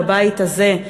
בבית הזה,